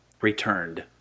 returned